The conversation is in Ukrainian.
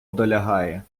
долягає